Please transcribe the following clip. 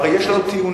הרי יש לנו טיעונים